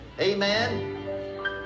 Amen